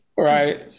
Right